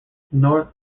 north